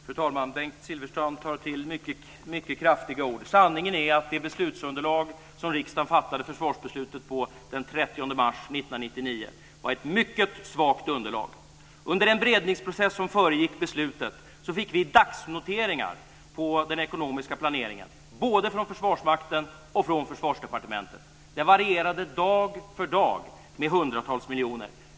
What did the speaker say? Fru talman! Bengt Silfverstrand tar till mycket kraftiga ord. Sanningen är att det beslutsunderlag som riksdagen fattade försvarsbeslutet på den 30 mars 1999 var ett mycket svagt underlag. Under den beredningsprocess som föregick beslutet fick vi dagsnoteringar på den ekonomiska planeringen, både från Försvarsmakten och från Försvarsdepartementet. Det varierade dag för dag med hundratals miljoner.